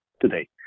today